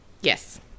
Yes